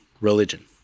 religion